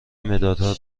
مدادها